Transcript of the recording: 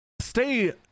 stay